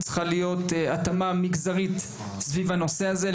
צריכה להיות התאמה מגזרית סביב הנושא הזה.